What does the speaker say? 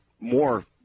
more